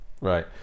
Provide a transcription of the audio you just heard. Right